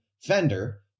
Fender